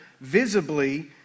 visibly